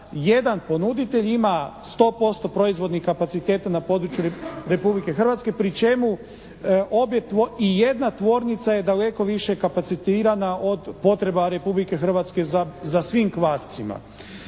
jedan ponuditelj ima 100% proizvodnih kapaciteta na području Republike Hrvatske pri čemu i jedna tvornica je daleko više kapacitirana od potreba Republike Hrvatske za svim kvascima.